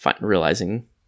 realizing